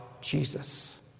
Jesus